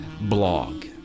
blog